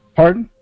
pardon